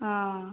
ആ